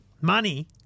money